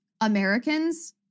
Americans